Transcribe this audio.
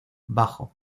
bajo